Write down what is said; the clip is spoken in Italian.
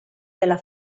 della